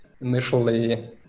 initially